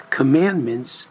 commandments